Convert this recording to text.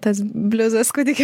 tas bliuzas kūdikių